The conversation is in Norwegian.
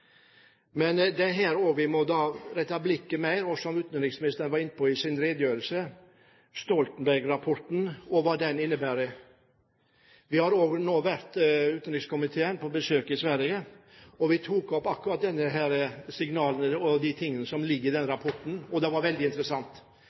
Men det er også hit vi må rette blikket mer, som utenriksministeren var inne på i sin redegjørelse: Stoltenberg-rapporten og hva den innebærer. Utenrikskomiteen har nå vært på besøk i Sverige, og vi tok opp disse signalene og de tingene som ligger i den